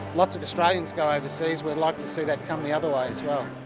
lots of australians go over seas. we would like to see that come the other way as well.